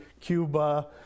Cuba